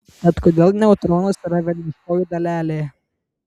tad kodėl neutronas yra velniškoji dalelė